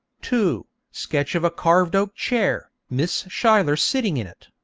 two. sketch of a carved oak chair, miss schuyler sitting in it.